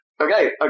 Okay